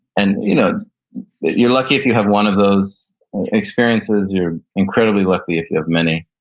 and you know you're lucky if you have one of those experiences, you're incredibly lucky if you have many.